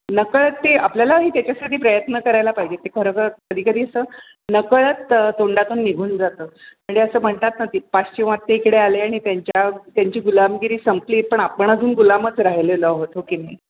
नकळत ते आपल्यालाही त्याच्यासाठी प्रयत्न करायला पाहिजे ते खरोखर कधी कधी असं नकळत तोंडातून निघून जातं म्हणजे असं म्हणतात ना ते पाश्चिमात्य इकडे आले आणि त्यांच्या त्यांची गुलामगिरी संपली पण आपण अजून गुलामच राहिलेलो आहोत हो की नाही